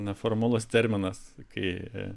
neformalus terminas kai